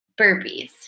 burpees